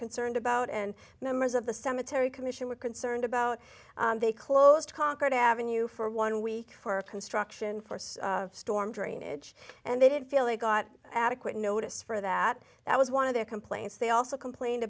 concerned about and members of the cemetery commission were concerned about they closed concord avenue for one week for construction for storm drainage and they didn't feel they got adequate notice for that that was one of their complaints they also complained